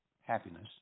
happiness